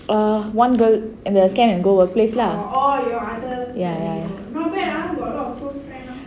err one girl the scan and go workplace lah ya ya